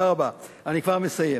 תודה רבה, אני כבר מסיים.